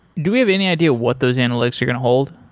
do we have any idea what those analytics are going to hold?